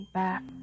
back